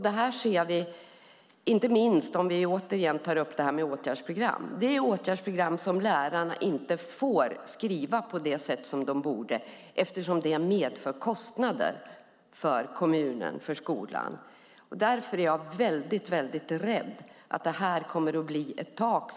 Detta ser vi inte minst om vi återigen tittar på detta med åtgärdsprogram: Lärarna får inte skriva åtgärdsprogram på det sätt som de borde eftersom det medför kostnader för skolan och kommunen. Därför är jag väldigt rädd att detta kommer att bli ett tak.